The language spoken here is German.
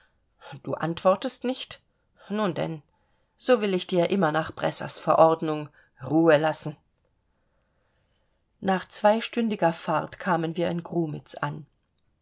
du antwortest nicht nun denn so will ich dir immer nach bressers verordnung ruhe lassen nach zweistündiger fahrt kamen wir in grumitz an